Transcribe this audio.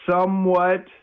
somewhat